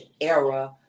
era